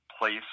place